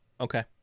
Okay